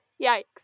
Yikes